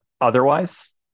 Otherwise